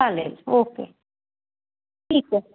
चालेल ओके ठीक आहे